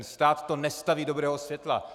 Stát to nestaví do dobrého světla.